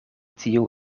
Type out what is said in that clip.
tiu